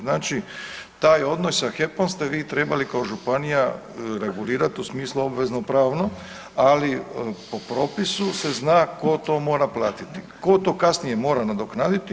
Znači taj odnos sa HEP-om ste vi trebali kao županija regulirati u smislu obvezno pravno, ali po propisu se zna tko to mora platiti, tko to kasnije mora nadoknaditi.